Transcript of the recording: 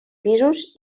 pisos